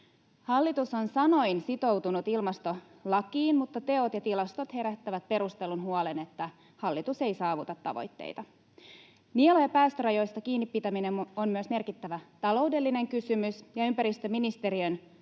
Hallitus on sanoin sitoutunut ilmastolakiin, mutta teot ja tilastot herättävät perustellun huolen, että hallitus ei saavuta tavoitteita. Nielujen päästörajoista kiinnipitäminen on myös merkittävä taloudellinen kysymys, ja ympäristöministeriön